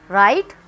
right